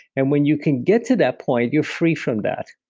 and when you can get to that point, you're free from that.